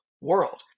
world